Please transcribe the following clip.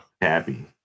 happy